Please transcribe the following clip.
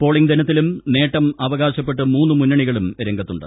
polling ദിനത്തിലും നേട്ടം അവകാശപ്പെട്ട് മൂന്ന് മുന്നണികളും രംഗത്തുണ്ട്